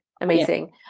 amazing